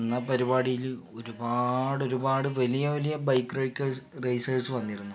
അന്ന് ആ പരിപാടിയിൽ ഒരുപാട് ഒരുപാട് വലിയ വലിയ ബൈക്ക് റൈഡേഴ്സ് റേസർസ് വന്നിരുന്നു